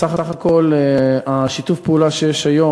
אך בסך הכול שיתוף הפעולה שיש היום,